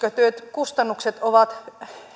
yksikkötyökustannukset ovat